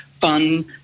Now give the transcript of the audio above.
fun